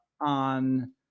on